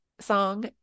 song